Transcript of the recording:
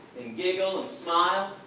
giggle and smile.